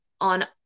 on